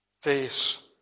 face